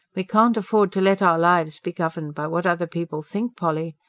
we can't afford to let our lives be governed by what other people think, polly.